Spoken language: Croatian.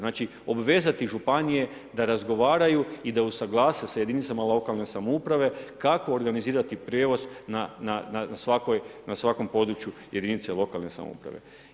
Znači obvezati županije da razgovaraju i da usuglase sa jedinicama lokalne samouprave kako organizirati prijevoz na svakom području jedinice lokalne samouprave.